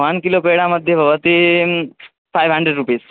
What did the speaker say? one kilo पेडा मध्ये भवति फ़ैव हण्ड्रेड् रुपीस्